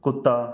ਕੁੱਤਾ